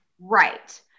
Right